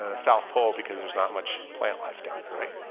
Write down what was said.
ah south pole because there's not much plant life down there, right?